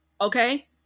okay